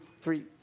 three